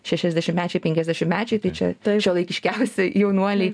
šešiasdešimtmečiai penkiasdešimtmečiai tai čia šiuolaikiškiausi jaunuoliai